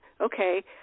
okay